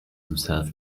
himself